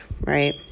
right